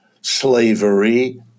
slavery